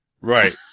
Right